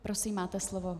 Prosím, máte slovo.